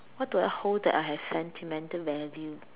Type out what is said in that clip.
what do I hold that I have sentimental value